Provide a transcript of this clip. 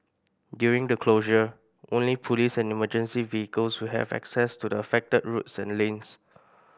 during the closure only police and emergency vehicles will have access to the affected roads and lanes